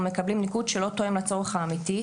מקבלים ניקוד שלא תואם לצורך האמיתי,